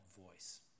voice